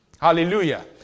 Hallelujah